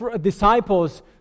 disciples